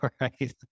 right